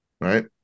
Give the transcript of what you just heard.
right